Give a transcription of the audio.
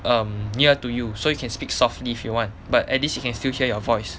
um near to you so you can speak softly if you want but at least you can still hear your voice